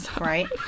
right